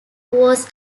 was